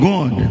God